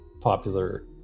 popular